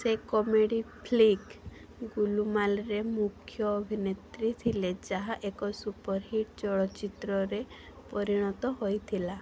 ସେ comedy flick ଗୁଲୁମାଲରେ ମୁଖ୍ୟ ଅଭିନେତ୍ରୀ ଥିଲେ ଯାହା ଏକ ସୁପରହିଟ୍ ଚଳଚ୍ଚିତ୍ରରେ ପରିଣତ ହେଇଥିଲା